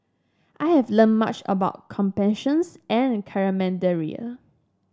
I have learned much about compassion and camaraderie